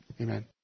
Amen